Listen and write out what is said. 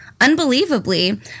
Unbelievably